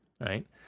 right